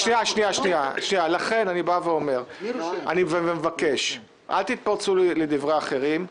לכן, אני בא ומבקש, אל תתפרצו לדברי אחרים.